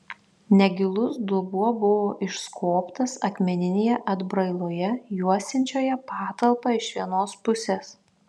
negilus dubuo buvo išskobtas akmeninėje atbrailoje juosiančioje patalpą iš vienos pusės